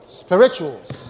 spirituals